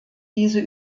diese